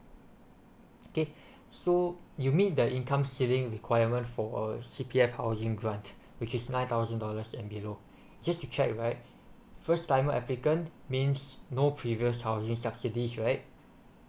okay so you mean the income ceiling requirement for C_P_F housing grant which is nine thousand dollars and below just to check right first timer applicant means no previous housing subsidies right